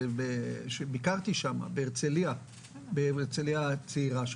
כשביקרתי שם בהרצליה הצעירה,